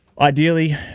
ideally